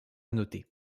noter